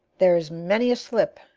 there is many a slip,